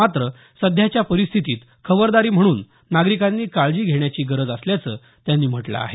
मात्र सध्याच्या परिस्थितीत खबरदारी म्हणून नागरिकांनी काळजी घेण्याची गरज असल्याचं त्यांनी म्हटलं आहे